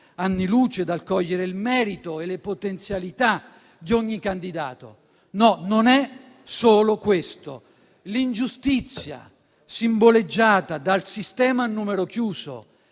anni luce dal cogliere il merito e le potenzialità di ogni candidato. No, non è solo questo: l'ingiustizia, simboleggiata dal sistema a numero chiuso